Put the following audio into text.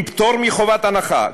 עם פטור מחובת הנחה,